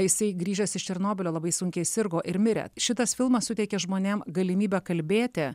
jisai grįžęs iš černobylio labai sunkiai sirgo ir mirė šitas filmas suteikė žmonėm galimybę kalbėti